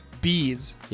bees